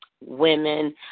Women